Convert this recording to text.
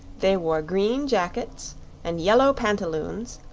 they wore green jackets and yellow pantaloons,